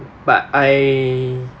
but I